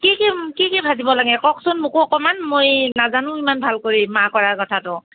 কি কি কি কি ভাজিব লাগে কওকচোন মোকো অকণমান মই নাজানো ইমান ভাল কৰি মাহকৰাইৰ কথাটো